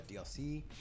DLC